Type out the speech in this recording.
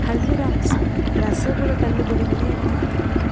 ஹல்திராம்ஸ் ரசகுல்லா தள்ளுபடி விலை என்ன